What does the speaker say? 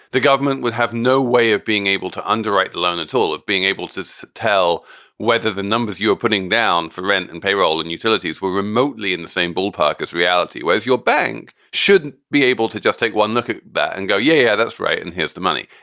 the government would have no way of being able to underwrite the loan at all, of being able to so tell whether the numbers you putting down for rent and payroll and utilities were remotely in the same ballpark as reality. where's your bank? should be able to just take one look at that and go, yeah, that's right. and here's the money.